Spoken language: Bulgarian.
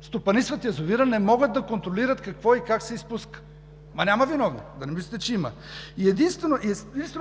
стопанисват язовира, не могат да контролират какво и как се изпуска. Но няма виновни! Да не мислите, че има?! Единствено